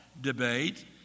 debate